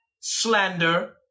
slander